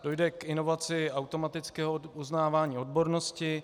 Dojde k inovaci automatického uznávání odbornosti.